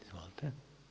Izvolite.